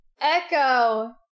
Echo